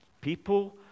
People